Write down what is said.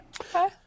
Okay